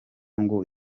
ngo